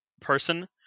person